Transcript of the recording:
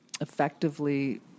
effectively